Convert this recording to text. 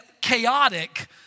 chaotic